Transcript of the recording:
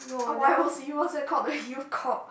oh Y_O_C what's that called the youth corp ah